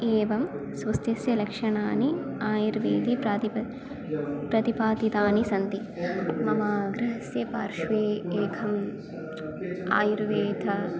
एवं स्वास्थ्यस्य लक्षणानि आयुर्वेदे प्रतिपादितं प्रतिपादितानि सन्ति मम गृहस्य पार्श्वे एखम् आयुर्वदे